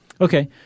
Okay